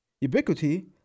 ubiquity